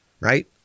right